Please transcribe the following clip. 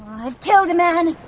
i-i-i've killed a man!